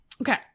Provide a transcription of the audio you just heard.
okay